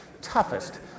Toughest